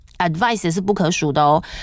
Advice也是不可数的哦